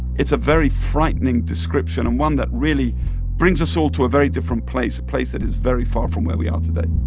it's a very frightening description and one that really brings us all to a very different place, a place that is very far from where we are today